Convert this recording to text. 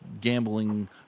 gambling